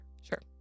Sure